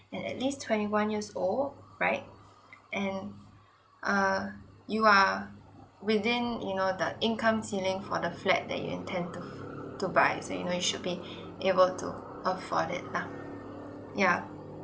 and at least twenty one years old right and uh you are within you know the income ceiling for the flat that you intend to to buy so you know you should be able to afford it lah yeah